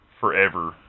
forever